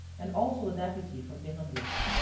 and also a deputy from pernambuco.